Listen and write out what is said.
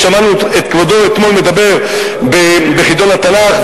שמענו את כבודו אתמול מדבר בחידון התנ"ך,